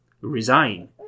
Resign